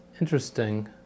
Interesting